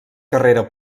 carrera